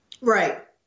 Right